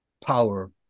power